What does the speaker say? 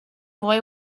boy